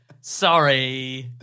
Sorry